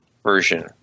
version